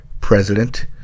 President